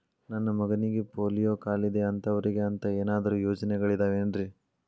ನನ್ನ ಮಗನಿಗ ಪೋಲಿಯೋ ಕಾಲಿದೆ ಅಂತವರಿಗ ಅಂತ ಏನಾದರೂ ಯೋಜನೆಗಳಿದಾವೇನ್ರಿ?